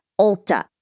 Ulta